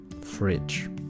fridge